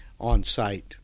on-site